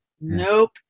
nope